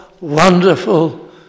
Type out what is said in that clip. wonderful